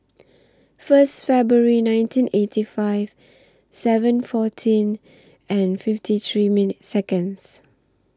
First February nineteen eighty five seven fourteen and fifty three minute Seconds